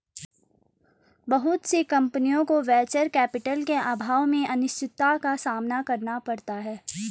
बहुत सी कम्पनियों को वेंचर कैपिटल के अभाव में अनिश्चितता का सामना करना पड़ता है